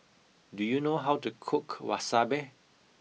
do you know how to cook Wasabi